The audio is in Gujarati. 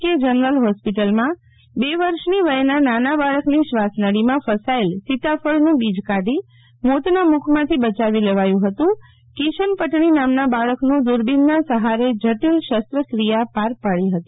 કે જનરલ હોસ્પિટલમાં બે વર્ષ ની વયના નાના બાળકની શ્વાસનળીમાં ફસાયેલ સીતાફળનું બીજ કાઢી મોતના મુખમાંથી બયાવી લેવાયું હતું કિશન પદણી નામના બાળકનું દૂરબીનનાં સહારે જટિલ શસ્ત્રક્રિયા પાર પાડી હતી